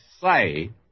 say